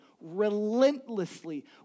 relentlessly